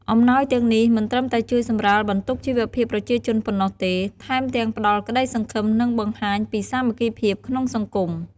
អំណោយទាំងនេះមិនត្រឹមតែជួយសម្រាលបន្ទុកជីវភាពប្រជាជនប៉ុណ្ណោះទេ ថែមទាំងផ្តល់ក្តីសង្ឃឹម និងបង្ហាញពីសាមគ្គីភាពក្នុងសង្គម។